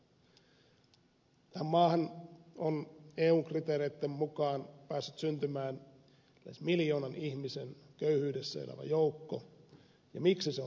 tähän maahan on eun kriteereitten mukaan päässyt syntymään lähes miljoonan ihmisen köyhyydessä elävä joukko ja miksi se on syntynyt